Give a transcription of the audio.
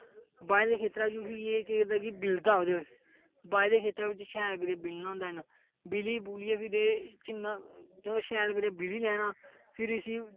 बाहे दे खेतरे च फ्ही एह् केह् करदा कि बि'लदा ओहेद बिच बाए दे खेतरे च इसी शैल करियै बि'लना होंदा इंहे बि'ली बु'लियै फिर एह् जिन्ना शैल करियै बि'ली लै ना फिर इसी